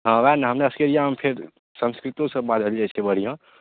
हँ वएह ने हमरासबके एरिआमे फेर संस्कृतो सब बाजल जाइ छै बढ़िआँ